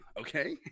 okay